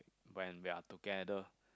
when we are together